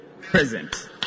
present